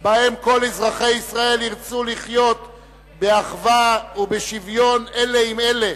שבהם כל אזרחי ישראל ירצו לחיות באחווה ובשוויון אלה עם אלה